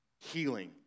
healing